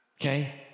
Okay